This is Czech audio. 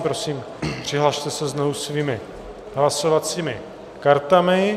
Prosím, přihlaste se znovu svými hlasovacími kartami.